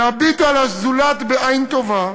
להביט על הזולת בעין טובה,